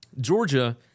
Georgia